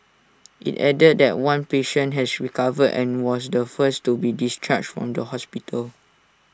IT added that one patient has recovered and was the first to be discharged from the hospital